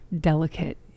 delicate